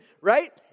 right